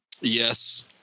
Yes